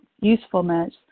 usefulness